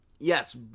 Yes